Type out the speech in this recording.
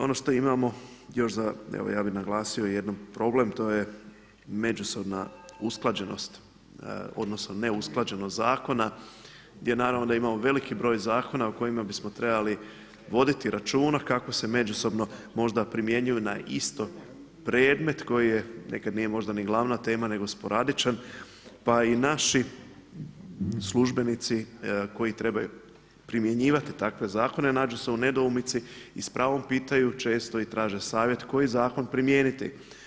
Ono što imamo još za, evo ja bih naglasio i jedan problem to je međusobna usklađenost, odnosno neusklađenost zakona gdje naravno da imamo veliki broj zakona o kojima bismo trebali voditi računa kako se međusobno možda primjenjuju na isto predmet koji je, nekad nije možda ni glavna tema nego sporadičan pa i naši službenici koji trebaju primjenjivati takve zakone nađu se u nedoumici i s pravom pitaju često i traže savjet koji zakon primijeniti.